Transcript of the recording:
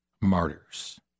martyrs